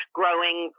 growing